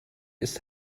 ist